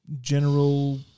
General